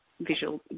visual